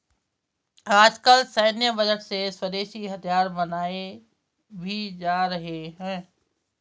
आजकल सैन्य बजट से स्वदेशी हथियार बनाये भी जा रहे हैं